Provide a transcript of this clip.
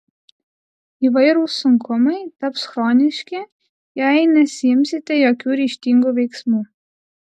įvairūs sunkumai taps chroniški jei nesiimsite jokių ryžtingų veiksmų